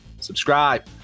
subscribe